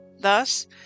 Thus